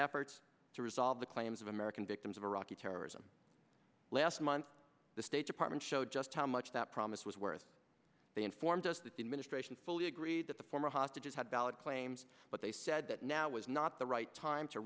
efforts to resolve the claims of american victims of iraqi terrorism last month the state department showed just how much that promise was worth they informed us that the administration fully agreed that the former hostages had valid claims but they said that now was not the right time to